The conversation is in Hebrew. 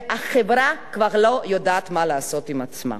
והחברה כבר לא יודעת מה לעשות עם עצמה.